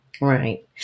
Right